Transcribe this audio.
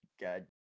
God